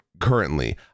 currently